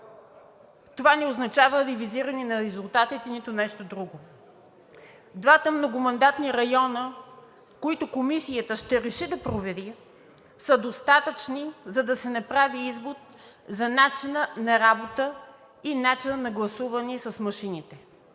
Това не означава ревизиране на резултатите, нито нещо друго. Двата многомандатни района, които Комисията ще реши да провери, са достатъчни, за да се направи извод за начина на работа и начина на гласуване с машините.